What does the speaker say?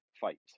fight